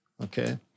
okay